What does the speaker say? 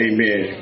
Amen